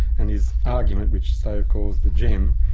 and his argument, which stove calls the gem,